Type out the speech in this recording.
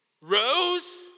rose